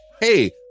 hey